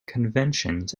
conventions